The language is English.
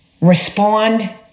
respond